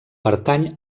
pertany